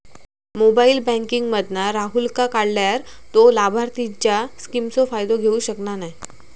mobile banking मधना राहूलका काढल्यार तो लाभार्थींच्या स्किमचो फायदो घेऊ शकना नाय